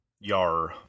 Yar